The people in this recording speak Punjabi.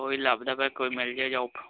ਕੋਈ ਲੱਭਦਾ ਕੋਈ ਮਿਲ ਜੇ ਜੋਬ